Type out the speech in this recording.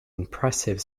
impressive